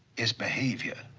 is behavior.